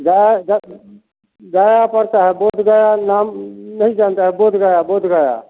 गया गया पड़ता है बोधगया नाम नहीं जानते हो बोधगया बोधगया